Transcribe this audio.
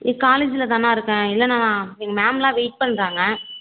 இ காலேஜில் தாண்ணா இருக்கேன் இல்லைண்ணா நான் எங்கள் மேம்லாம் வெயிட் பண்ணுறாங்க